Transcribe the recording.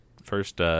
First